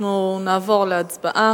אנחנו נעבור להצבעה.